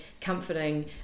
comforting